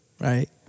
right